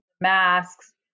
masks